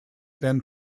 then